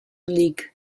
league